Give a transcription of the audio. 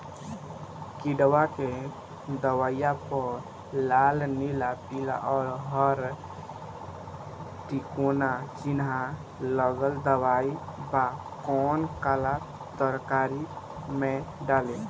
किड़वा के दवाईया प लाल नीला पीला और हर तिकोना चिनहा लगल दवाई बा कौन काला तरकारी मैं डाली?